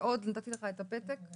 לא עמדה כללית,